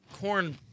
corn